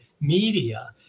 media